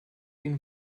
den